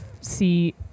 see